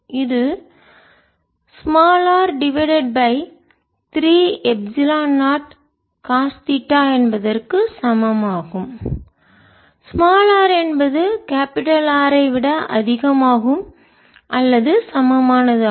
இது r divided by 3 epsilon naught cos theta என்பதற்கு சமம் ஆகும்r என்பது கேபிடல் R விட அதிகமாகும் அல்லது சமமானது ஆகும்